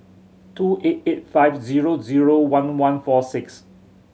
two eight eight five zero zero one one four six